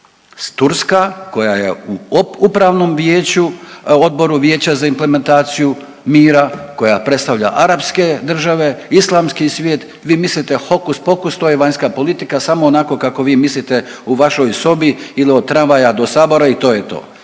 Turska koja je u upravnom vijeću, odboru vijeća za implementaciju mira, koja predstavlja arapske države, islamski svijet, vi mislite hokus pokus to je vanjska politika samo onako kako vi mislite u vašoj sobi ili od tramvaja do sabora i to je to,